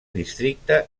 districte